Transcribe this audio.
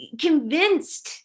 convinced